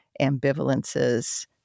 ambivalences